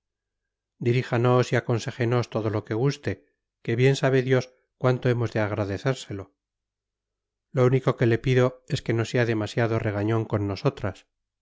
diríjanos y aconséjenos todo lo que guste que bien sabe dios cuánto hemos de agradecérselo lo único que le pido es que no sea demasiado regañón con nosotras